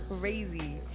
crazy